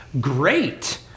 Great